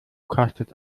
kostet